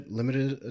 limited